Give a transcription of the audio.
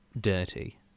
dirty